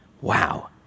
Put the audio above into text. wow